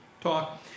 talk